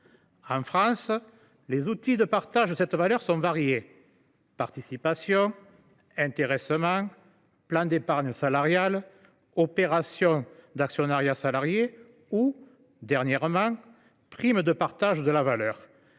En France, les outils de partage de cette valeur sont variés : participation, intéressement, plans d’épargne salariale, opérations d’actionnariat salarié ou, dernièrement, prime de partage de la valeur.